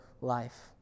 life